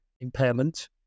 impairment